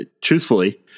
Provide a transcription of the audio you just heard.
truthfully